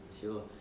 Sure